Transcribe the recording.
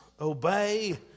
obey